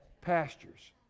pastures